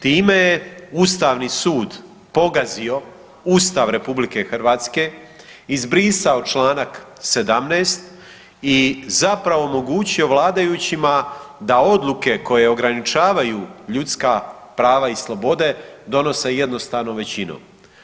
Time je Ustavni sud pogazio Ustav RH, izbrisao čl. 17. i zapravo omogućio vladajućima da odluke koje ograničavaju ljudska prava i slobode donose jednostavnom većinom.